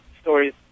stories